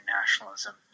nationalism